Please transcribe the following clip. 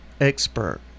expert